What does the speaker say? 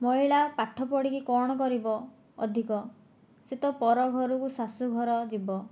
ମହିଳା ପାଠ ପଢ଼ିକି କ'ଣ କରିବ ଅଧିକ ସିଏ ତ ପର ଘରକୁ ଶାଶୁଘର ଯିବ